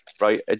right